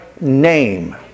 name